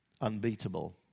unbeatable